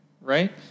right